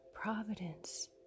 providence